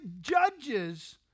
judges